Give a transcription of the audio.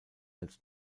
and